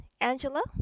Angela